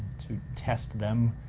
to test them,